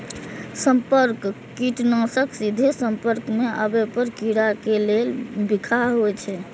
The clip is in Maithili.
संपर्क कीटनाशक सीधे संपर्क मे आबै पर कीड़ा के लेल बिखाह होइ छै